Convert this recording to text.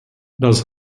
das